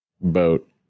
boat